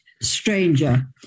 stranger